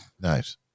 nice